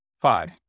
Five